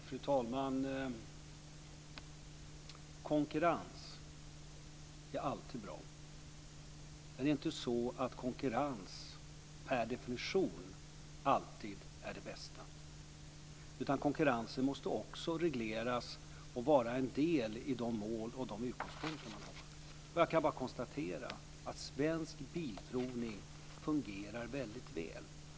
Fru talman! Konkurrens är alltid bra, men det är inte så att konkurrens per definition alltid är det bästa. Konkurrensen måste också regleras och vara en del i de mål och utgångspunkter som man har. Svensk Bilprovning fungerar väldigt väl.